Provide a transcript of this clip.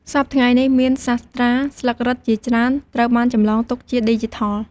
សព្វថ្ងៃនេះ មានសាស្ត្រាស្លឹករឹតជាច្រើនត្រូវបានចម្លងទុកជាឌីជីថល។